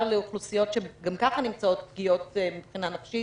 באוכלוסיות שגם כך הן פגיעות מבחינה נפשית,